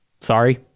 sorry